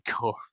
go